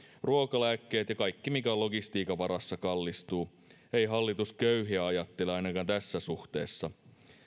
ruoka lääkkeet ja kaikki mikä on logistiikan varassa kallistuu ei hallitus köyhiä ajattele ainakaan tässä suhteessa